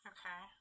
Okay